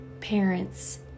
parents